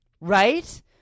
Right